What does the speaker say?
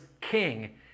king